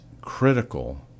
critical